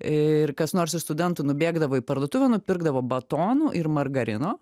ir kas nors iš studentų nubėgdavo į parduotuvę nupirkdavo batonų ir margarino